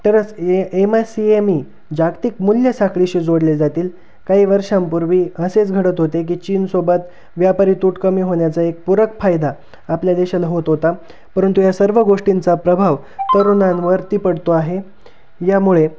तरच A M I C M E जागतिक मूल्य साखळीशी जोडले जातील काही वर्षांपूर्वी असेच घडत होते की चीनसोबत व्यापारी तूट कमी होण्याचा एक पूरक फायदा आपल्या देशाला होत होता परंतु या सर्व गोष्टींचा प्रभाव तरुणांवरती पडतो आहे यामुळे